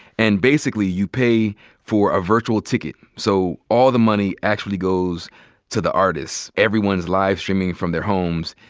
and basically you pay for a virtual ticket. so all the money actually goes to the artist. everyone's live-streaming from their homes.